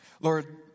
Lord